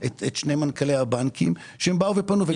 שני מנכ"לי הבנקים באו ופנו.